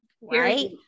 Right